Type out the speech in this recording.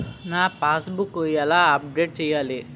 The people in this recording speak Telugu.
నా పాస్ బుక్ ఎలా అప్డేట్ చేయాలి?